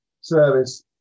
service